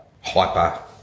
hyper